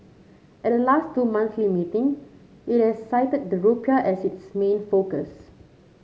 at the last two monthly meeting it has cited the rupiah as its main focus